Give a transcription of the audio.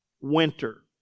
Winter